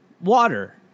water